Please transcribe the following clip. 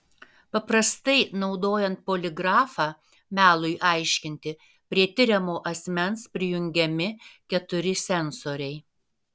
paprastai naudojant poligrafą melui aiškinti prie tiriamo asmens prijungiami keturi sensoriai